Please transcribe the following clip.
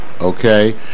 Okay